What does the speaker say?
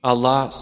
Allah